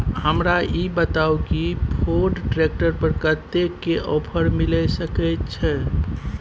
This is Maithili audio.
हमरा ई बताउ कि फोर्ड ट्रैक्टर पर कतेक के ऑफर मिलय सके छै?